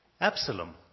Absalom